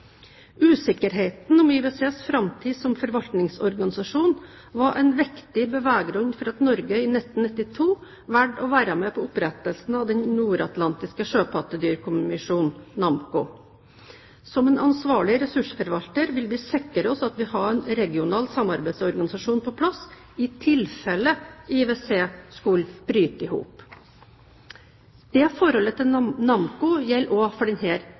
Usikkerheten om IWCs framtid som forvaltningsorganisasjon var en viktig beveggrunn for at Norge i 1992 valgte å være med på opprettelsen av Den nordatlantiske sjøpattedyrkommisjonen – NAMMCO. Som en ansvarlig ressursforvalter ville vi sikre oss at vi hadde en regional samarbeidsorganisasjon på plass i tilfelle IWC skulle bryte sammen. Dette forholdet til NAMMCO gjelder også for